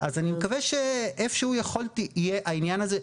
אז אני מקווה שאיפה שהוא יהיה העניין הזה.